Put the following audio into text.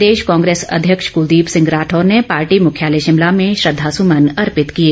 प्रदेश कांग्रेस अध्यक्ष कुलदीप सिंह राठौर ने पार्टी मुख्यालय शिमला में श्रद्वासुमन अर्पित किए